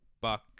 Buck –